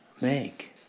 make